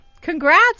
congrats